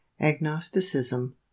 Agnosticism